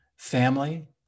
family